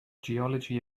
geology